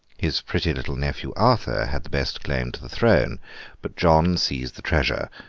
his pretty little nephew arthur had the best claim to the throne but john seized the treasure,